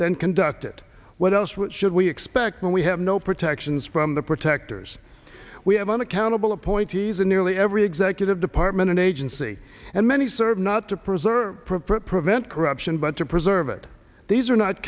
than conduct it what else should we expect when we have no protections from the protectors we have unaccountable appointees in nearly every executive department and agency and many serve not to preserve prevent corruption but to preserve it these are not